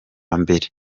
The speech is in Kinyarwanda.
ari